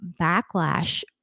backlash